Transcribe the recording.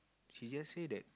she just say that